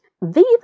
Viva